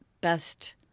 best